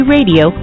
Radio